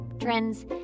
trends